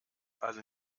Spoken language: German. alle